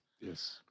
Yes